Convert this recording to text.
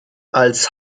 als